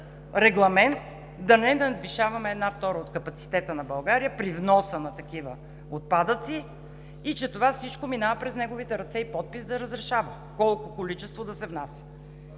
регламент да не надвишаваме една втора от капацитета на България при вноса на такива отпадъци и че всичко това минава през неговите ръце и подпис – да разрешава какво количество да се внася.